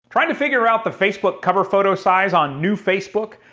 trying to figure out the facebook cover photo size on new facebook?